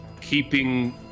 keeping